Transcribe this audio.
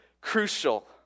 crucial